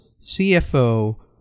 CFO